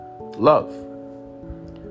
love